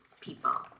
people